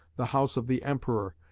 the house of the emperor,